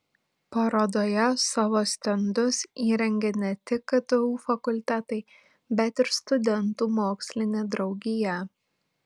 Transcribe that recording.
parodoje savo stendus įrengė ne tik ktu fakultetai bet ir studentų mokslinė draugija